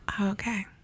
Okay